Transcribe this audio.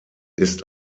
ist